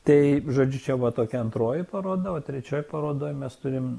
tai žodžiu čia va tokia antroji paroda o trečioji paroda mes turim